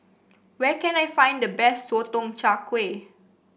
where can I find the best Sotong Char Kway